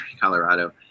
Colorado